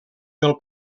del